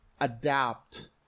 adapt